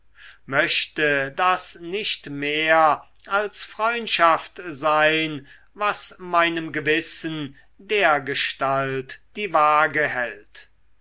möchte das nicht mehr als freundschaft sein was meinem gewissen dergestalt die waage hält